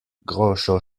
groŝo